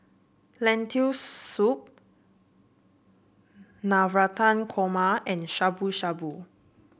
Lentil Soup Navratan Korma and Shabu Shabu